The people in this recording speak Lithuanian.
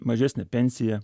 mažesnę pensiją